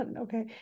okay